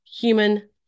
human